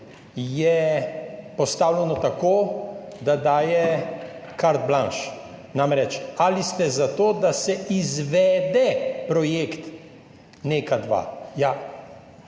je postavljeno tako, da daje carte blanche, namreč, ali ste za to, da se izvede projekt NEK2. Ja,